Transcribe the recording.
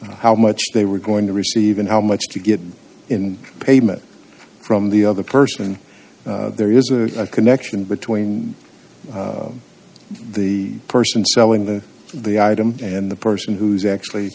how much they were going to receive and how much to get in payment from the other person there is a connection between the person selling the the item and the person who's actually